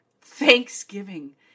Thanksgiving